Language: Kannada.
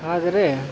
ಆದರೆ